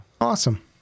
Awesome